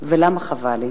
ולמה חבל לי?